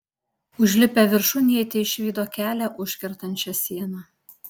užlipę viršun jie teišvydo kelią užkertančią sieną